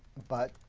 but,